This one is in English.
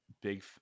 big